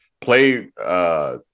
play